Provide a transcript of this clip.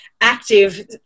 active